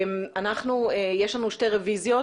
יש לנו שתי רביזיות,